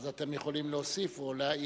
אז אתם יכולים להוסיף או להעיר.